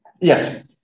Yes